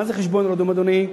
מה זה "חשבון רדום", אדוני?